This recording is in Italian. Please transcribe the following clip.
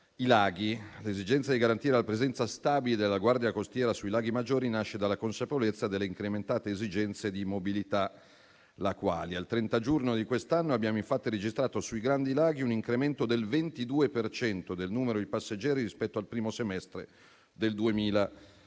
i laghi. L'esigenza di garantire la presenza stabile della Guardia costiera sui laghi maggiori nasce dalla consapevolezza delle incrementate esigenze di mobilità lacuali. Al 30 giugno di quest'anno abbiamo infatti registrato sui grandi laghi un incremento del 22 per cento del numero di passeggeri rispetto al primo semestre del 2022.